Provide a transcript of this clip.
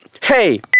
Hey